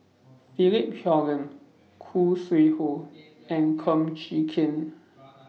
Philip Hoalim Khoo Sui Hoe and Kum Chee Kin